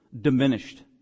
diminished